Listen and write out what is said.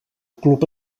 club